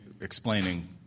explaining